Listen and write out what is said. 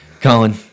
Colin